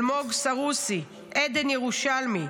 אלמוג סרוסי, עדן ירושלמי,